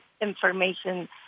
information